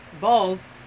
Balls